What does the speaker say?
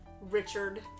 Richard